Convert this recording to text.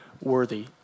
worthy